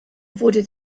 wurde